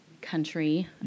country